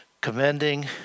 commending